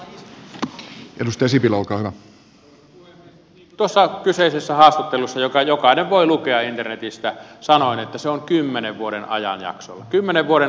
niin kuin tuossa kyseisessä haastattelussa jonka jokainen voi lukea internetistä sanoin se on kymmenen vuoden ajanjaksolla kymmenen vuoden ajanjaksolla